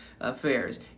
affairs